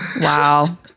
wow